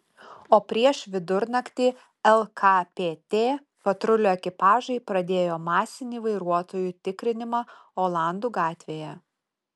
o prieš vidurnaktį lkpt patrulių ekipažai pradėjo masinį vairuotojų tikrinimą olandų gatvėje